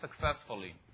successfully